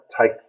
take